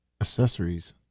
accessories